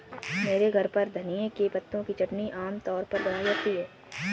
मेरे घर पर धनिए के पत्तों की चटनी आम तौर पर बनाई जाती है